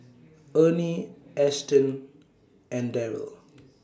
Ernie Ashtyn and Darrel